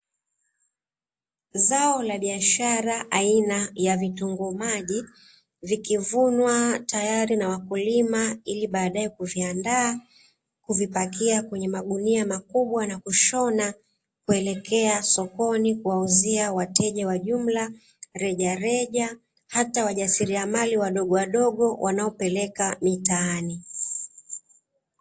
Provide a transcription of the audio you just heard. Zao la biashara aina ya vitunguu maji vikivunwa tayari na wakulima, ili baadae kuviandaa kuvipakia kwenye magunia makubwa na kushona kuelekea sokoni kuwauzia wateja wa jumla rejareja hata wajasiriamali wadogowadogo wanaopeleka mitaani.